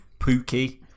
Pookie